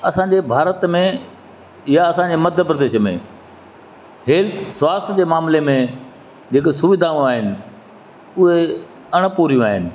असांजे भारत में या असांजे मध्य प्रदेश में हैल्थ स्वास्थ जे मामिले में जेको सुविधाऊं आहिनि उहे अण पूरियूं आहिनि